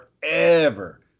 forever